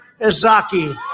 Izaki